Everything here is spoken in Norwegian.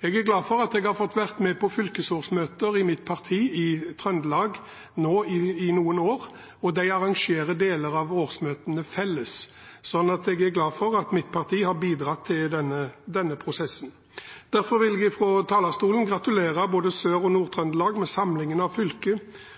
Jeg er glad for at jeg har fått være med på fylkesårsmøter i mitt parti i Trøndelag i noen år nå, og de arrangerer deler av årsmøtene felles. Jeg er glad for at mitt parti har bidratt i denne prosessen. Derfor vil jeg fra talerstolen gratulere både Sør- og